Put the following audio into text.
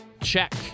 check